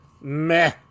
meh